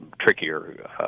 trickier